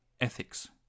ethics